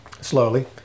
slowly